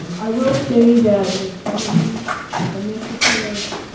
um i will say that with some of these initiatives,